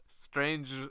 strange